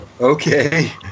Okay